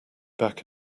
back